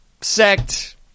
sect